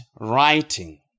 writing